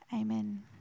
Amen